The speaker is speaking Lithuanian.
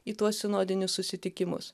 į tuos sinodinius susitikimus